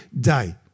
day